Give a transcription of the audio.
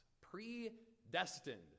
Predestined